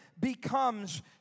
becomes